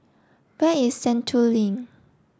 where is Sentul Link